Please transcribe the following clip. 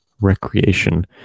recreation